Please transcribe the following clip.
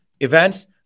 events